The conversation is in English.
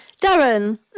Darren